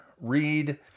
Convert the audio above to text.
read